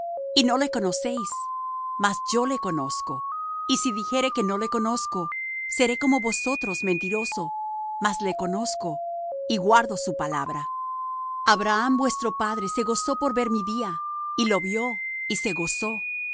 y no le conocéis mas yo le conozco y si dijere que no le conozco seré como vosotros mentiroso mas le conozco y guardo su palabra abraham vuestro padre se gozó por ver mi día y lo vió y se gozó